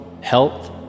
health